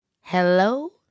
Hello